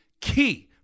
key